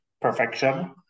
perfection